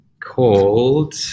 called –